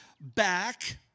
back